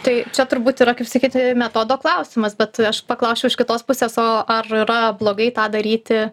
tai čia turbūt yra kaip sakyti metodo klausimas bet aš paklausčiau iš kitos pusės o ar yra blogai tą daryti